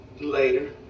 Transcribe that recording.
Later